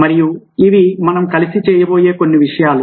మరియు ఇవి మనం కలిసి చేయబోయే కొన్ని విషయాలు